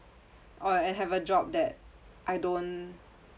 or and have a job that I don't